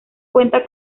cuenta